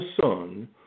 son